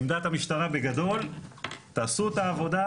עמדת המשטרה בגדול תעשו את העבודה,